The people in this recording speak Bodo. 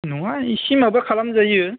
नङा इसे माबा खालाम जायो